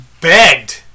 begged